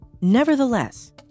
Nevertheless